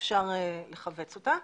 אפשר לכווץ אותה,